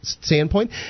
standpoint